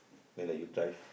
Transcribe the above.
man let you drive